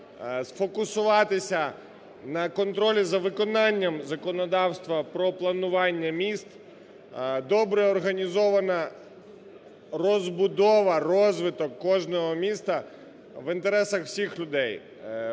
сфокусуватися на контролі за виконанням законодавства про планування міст, добре організована розбудова, розвиток кожного міста в інтересах всіх людей,